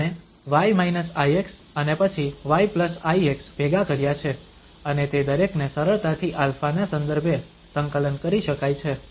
આપણે y ix અને પછી yix ભેગાં કર્યાં છે અને તે દરેકને સરળતાથી α ના સંદર્ભે સંકલન કરી શકાય છે